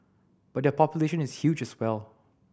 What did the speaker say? but their population is huge as well